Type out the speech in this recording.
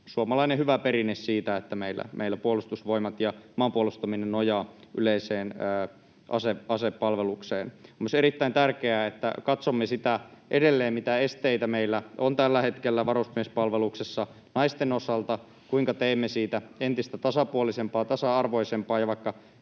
suomalainen hyvä perinne siitä, että meillä Puolustusvoimat ja maanpuolustaminen nojaa yleiseen asepalvelukseen. On myös erittäin tärkeää, että katsomme edelleen, mitä esteitä meillä on tällä hetkellä varusmiespalveluksessa naisten osalta ja kuinka teemme siitä entistä tasapuolisempaa ja tasa-arvoisempaa, ja vaikka